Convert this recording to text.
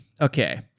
Okay